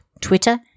Twitter